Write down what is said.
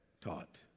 taught